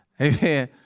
Amen